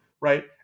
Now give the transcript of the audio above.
right